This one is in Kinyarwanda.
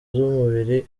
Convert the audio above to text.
z’umubiri